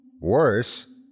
Worse